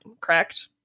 Correct